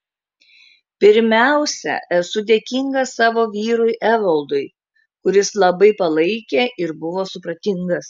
pirmiausia esu dėkinga savo vyrui evaldui kuris labai palaikė ir buvo supratingas